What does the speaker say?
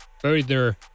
further